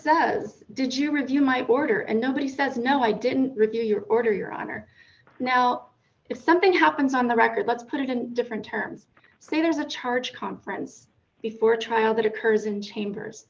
says did you review my border and nobody says no i didn't review your order your honor now if something happens on the record let's put it in different terms say there's a charge conference before trial that occurs in chambers